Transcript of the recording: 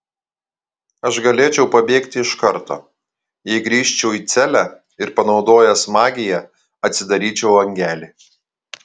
aš galėčiau pabėgti iš karto jei grįžčiau į celę ir panaudojęs magiją atsidaryčiau langelį